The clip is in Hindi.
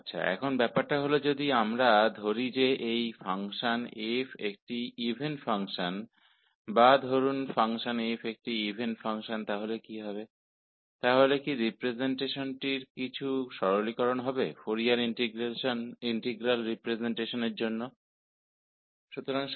अब यदि हम मान लें कि फ़ंक्शन f एक इवन फ़ंक्शन है तो क्या होगा क्या फोरियर इंटीग्रल रिप्रजेंटेशन को कुछ सरल किया जा सकेगा